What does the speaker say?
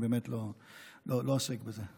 אני לא עוסק בזה.